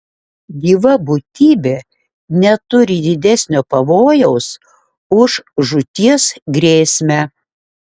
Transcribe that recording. gyva būtybė neturi didesnio pavojaus už žūties grėsmę